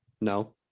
no